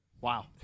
Wow